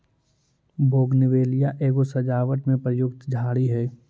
bougainvillea एगो सजावट में प्रयुक्त झाड़ी हई